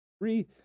three